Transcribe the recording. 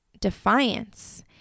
defiance